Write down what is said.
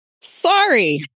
sorry